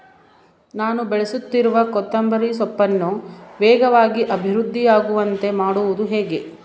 ನಾನು ಬೆಳೆಸುತ್ತಿರುವ ಕೊತ್ತಂಬರಿ ಸೊಪ್ಪನ್ನು ವೇಗವಾಗಿ ಅಭಿವೃದ್ಧಿ ಆಗುವಂತೆ ಮಾಡುವುದು ಹೇಗೆ?